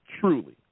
truly